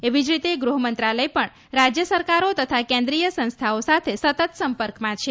એવી જ રીતે ગૃહમંત્રાલય પણ રાજય સરકારો તથા કેન્દ્રિય સંસ્થાઓ સાથે સતત સંપર્કમાં છે